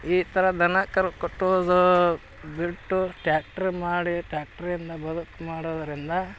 ಈ ಥರ ದನ ಕರು ಕಟ್ಟೋದು ಬಿಟ್ಟು ಟ್ಯಾಕ್ಟ್ರು ಮಾಡಿ ಟ್ಯಾಕ್ಟ್ರಿಂದ ಬದುಕು ಮಾಡೋದರಿಂದ